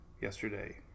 yesterday